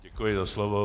Děkuji za slovo.